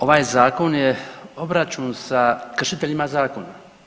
Ovaj zakon je obračun sa kršiteljima zakona.